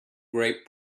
great